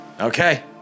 Okay